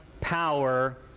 power